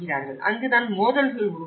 அங்குதான் மோதல்கள் உருவாகின்றன